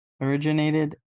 originated